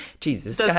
jesus